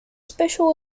special